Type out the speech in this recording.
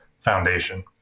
Foundation